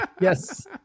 Yes